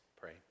pray